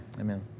Amen